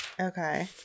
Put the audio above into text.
Okay